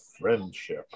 Friendship